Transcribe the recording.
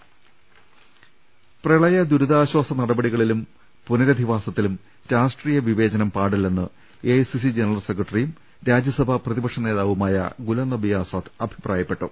ലലലലലലലലലലലല പ്രളയ ദുരിതാശാസ നടപടികളിലും പുനരധിവാസ ത്തിലും രാഷ്ട്രീയ വിവേചനം പാടില്ലെന്ന് A I C C general സെക്രട്ടറിയും രാജ്യസഭാ പ്രതി പക്ഷ നേതാവുമായ ഗുലാം നബി ആസാദ് അഭിപ്രായപ്പെട്ടു